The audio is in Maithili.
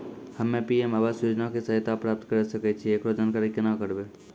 हम्मे पी.एम आवास योजना के सहायता प्राप्त करें सकय छियै, एकरो जानकारी केना करबै?